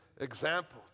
example